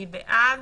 מי בעד?